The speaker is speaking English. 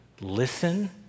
Listen